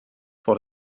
for